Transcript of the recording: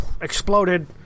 exploded